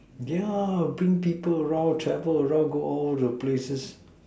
yeah bring people around travel around go all the places